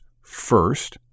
first